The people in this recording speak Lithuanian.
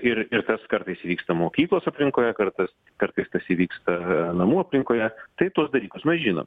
ir ir tas kartais įvyksta mokyklos aplinkoje kartas kartais tas įvyksta namų aplinkoje tai tuos dalykus mes žinom